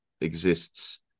exists